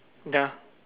ya